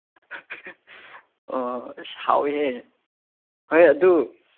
ꯑꯣ ꯑꯁ ꯍꯥꯎꯋꯤꯍꯦ ꯍꯣꯏ ꯑꯗꯨ